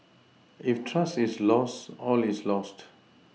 if trust is lost all is lost